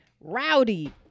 rowdy